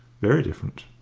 very different.